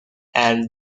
and